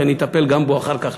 ואני אטפל גם בו אחר כך,